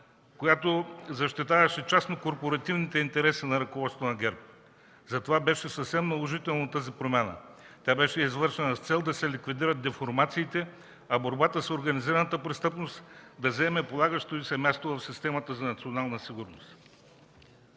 която защитаваше частно-корпоративните интереси на ръководството на ГЕРБ. Затова беше съвсем наложителна тази промяна. Тя беше извършена с цел да се ликвидират деформациите, а борбата с организираната престъпност да заеме полагащото й се място в системата за национална сигурност.